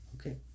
Okay